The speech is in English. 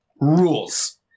rules